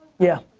yeah.